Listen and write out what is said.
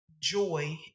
joy